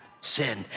sin